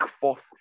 forth